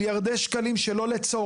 על ידי הקו לעובד שמצהיר שהוא לא יתבע,